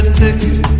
ticket